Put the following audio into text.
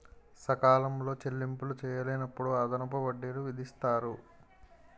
సకాలంలో చెల్లింపులు చేయలేనప్పుడు అదనపు వడ్డీలు విధిస్తారు